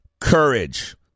courage